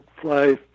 fly